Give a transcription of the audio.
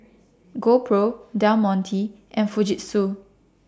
GoPro Del Monte and Fujitsu